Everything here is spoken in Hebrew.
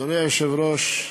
אדוני היושב-ראש,